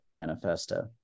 Manifesto